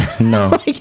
No